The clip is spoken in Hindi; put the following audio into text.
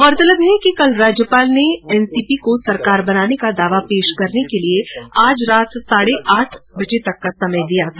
गौरतलब है कि कल राज्यपाल ने एनसीपी को सरकार बनाने का दावा पेश करने के लिए आज रात साढ़े आठ बजे तक का समय दिया था